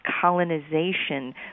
Colonization